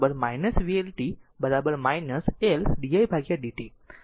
આમ v x t vLt L did t